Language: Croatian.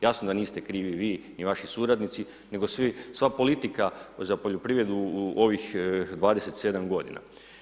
Jasno da niste krivi vi, ni vaši suradnici, nego sva politika za poljoprivredu u ovih 27 godina.